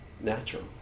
natural